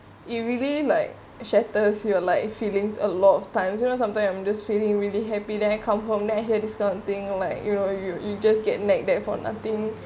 it really like shatters your like feelings a lot of times you know sometimes I'm just feeling really happy then I come home then I hear this kind of thing like you know you you just get nag that for nothing